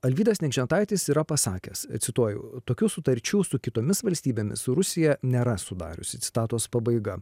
alvydas nikžentaitis yra pasakęs cituoju tokių sutarčių su kitomis valstybėmis rusija nėra sudariusi citatos pabaiga